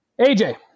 AJ